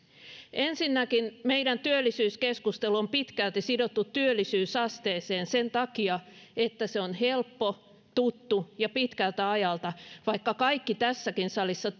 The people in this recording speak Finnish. ensinnäkin meidän työllisyyskeskustelu on pitkälti sidottu työllisyysasteeseen sen takia että se on helppo tuttu ja pitkältä ajalta vaikka kaikki tässäkin salissa